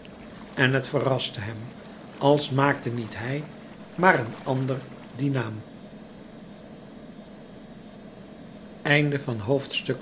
en het verraste hem als maakte niet hij maar een ander dien naam zij